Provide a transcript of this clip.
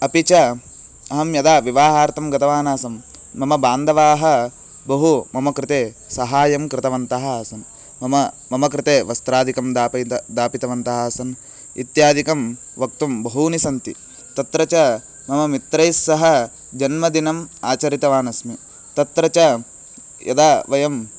अपि च अहं यदा विवाहार्थं गतवान् आसं मम बान्धवाः बहु मम कृते सहायं कृतवन्तः आसन् मम मम कृते वस्त्रादिकं दापयिता दापितवन्तः आसन् इत्यादिकं वक्तुं बहूनि सन्ति तत्र च मम मित्रैस्सह जन्मदिनम् आचरितवान् अस्मि तत्र च यदा वयं